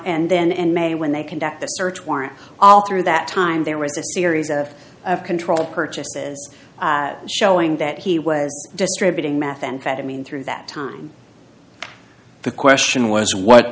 and then in may when they conduct the search warrant all through that time there was a series of controlled purchases showing that he was distributing methamphetamine through that time the question was what